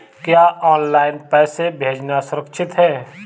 क्या ऑनलाइन पैसे भेजना सुरक्षित है?